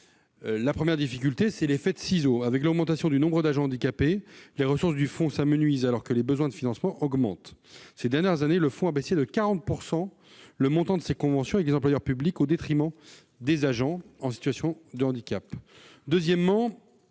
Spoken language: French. Premièrement, ce fonds subit un effet de ciseaux : avec la progression du nombre d'agents handicapés, les ressources du fonds s'amenuisent alors que les besoins de financement augmentent. Ces dernières années, le fonds a réduit de 40 % le montant de ses conventions avec les employeurs publics, au détriment des agents en situation de handicap. Deuxièmement,